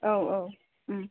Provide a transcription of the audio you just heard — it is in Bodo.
औ औ